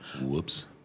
whoops